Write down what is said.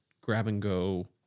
grab-and-go